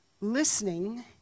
listening